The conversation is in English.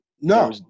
No